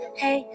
hey